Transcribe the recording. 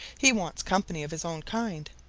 he wants company of his own kind.